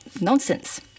nonsense